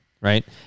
right